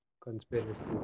conspiracy